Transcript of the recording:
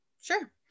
Sure